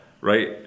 right